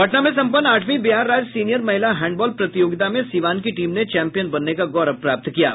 पटना में सम्पन्न आठवीं बिहार राज्य सीनियर महिला हैंडबॉल प्रतियोगिता में सीवान की टीम ने चैम्पियन बनने का गौरव प्राप्त किया है